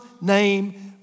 name